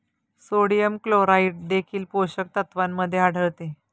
sodium chloride देखील पोषक तत्वांमध्ये आढळते